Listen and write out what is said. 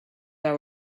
that